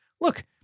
look